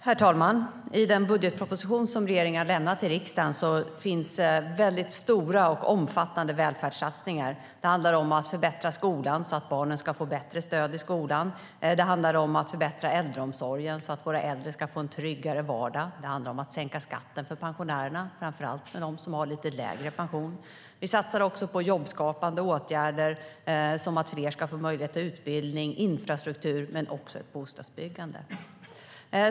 Herr talman! I den budgetproposition som regeringen har lämnat till riksdagen finns stora och omfattande välfärdssatsningar. Det handlar om att förbättra skolan så att barnen ska få bättre stöd. Det handlar om att förbättra äldreomsorgen så att våra äldre ska få en tryggare vardag. Det handlar om att sänka skatten för pensionärerna, framför allt för dem som har lite lägre pension. Vi satsar också på jobbskapande åtgärder, såsom att fler ska få möjlighet till utbildning, på infrastruktur och på bostadsbyggande.